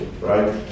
right